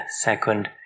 second